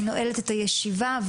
אני נועלת את הישיבה,